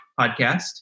podcast